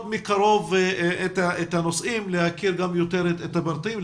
מקרוב את הנושאים ולהכיר את הפרטים,